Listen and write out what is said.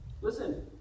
Listen